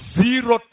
zero